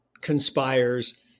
conspires